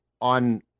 on